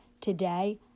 Today